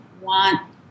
want –